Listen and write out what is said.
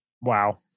Wow